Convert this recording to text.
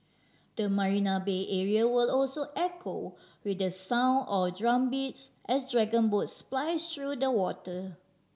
the Marina Bay area will also echo with the sound of drumbeats as dragon boats splice through the water